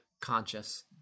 Conscious